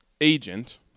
agent